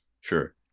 Sure